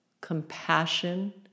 compassion